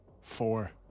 Four